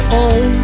on